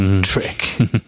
Trick